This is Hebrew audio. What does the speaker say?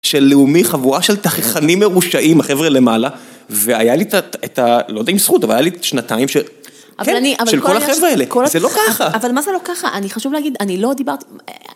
של לאומי חבורה של תככנים מרושעים, החבר'ה למעלה, והיה לי את ה... לא יודע אם זכות, אבל היה לי שנתיים של... כן, של כל החבר'ה האלה, זה לא ככה. אבל מה זה לא ככה? אני חשוב להגיד, אני לא דיברתי...